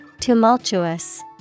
Tumultuous